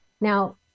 Now